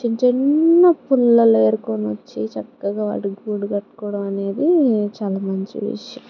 చిన్న చిన్న పుల్లలు ఏరుకొని వచ్చి చక్కగా అది గూడు కట్టుకోవడం అనేది చాలా మంచి విషయం